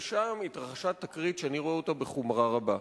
ושם התרחשה תקרית שאני רואה אותה בחומרה רבה.